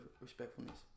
respectfulness